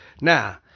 now